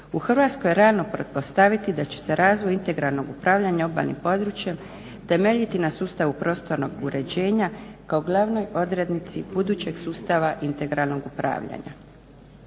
U Hrvatskoj je rano pretpostaviti da će se razvoj integralnog upravljanja obalnim područjem temeljiti na sustavu prostornog uređenja kao glavnoj odrednici budućeg sustava integralnog upravljanja.